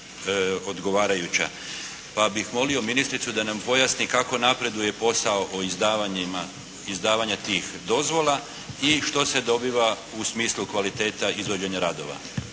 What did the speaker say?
odgovarajuća. Pa bih molio ministricu da nam pojasni kako napreduje posao o izdavanju tih dozvola i što se dobiva u smislu kvaliteta izvođenja radova.